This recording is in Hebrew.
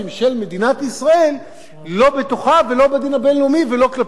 לא בתוכה ולא בדין הבין-לאומי ולא כלפי פרשנים מחוץ-לארץ.